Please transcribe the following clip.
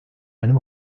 einem